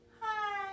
hi